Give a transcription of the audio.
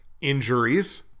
Injuries